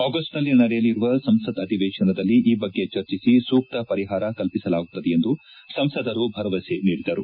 ಆಗಸ್ಟ್ನಲ್ಲಿ ನಡೆಯಲಿರುವ ಸಂಸತ್ ಅಧಿವೇಶನದಲ್ಲಿ ಈ ಬಗ್ಗೆ ಚರ್ಚಿಸಿ ಸೂಕ್ತ ಪರಿಪಾರ ಕಲ್ಪಿಸಲಾಗುತ್ತದೆ ಎಂದು ಸಂಸದರು ಭರವಸೆ ನೀಡಿದರು